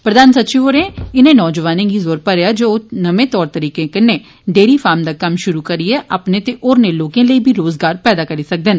प्रधान सचिव होरें इनें नौजवानें गी जोर भरेया जे ओ नमें तौर तरीके कन्नै डेरी फार्म दा कम्म श्रु करियै अपने ते होरने लोर्के लेई बी रोजगार पैदा करी सकदे न